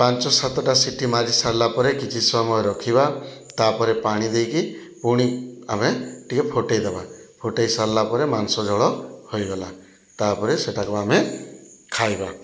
ପାଞ୍ଚ ସାତଟା ସିଟି ମାରି ସାରିଲାପରେ କିଛି ସମୟ ରଖିବା ତାପରେ ପାଣି ଦେଇକି ପୁଣି ଆମେ ଟିକେ ଫୁଟାଇଦେବା ଫୁଟାଇ ସାରିଲାପରେ ମାଂସ ଝୋଳ ହୋଇଗଲା ତାପରେ ସେଠାକୁ ଆମେ ଖାଇବା